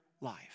life